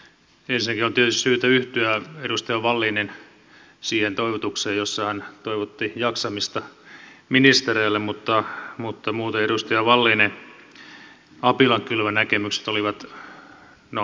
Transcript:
ensinnäkin on tietysti syytä yhtyä edustaja wallinin siihen toivotukseen jossa hän toivotti jaksamista ministereille mutta muuten edustaja wallinin apilankylvönäkemykset olivat no ne olivat hauskoja